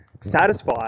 satisfied